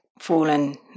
fallen